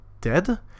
dead